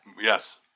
Yes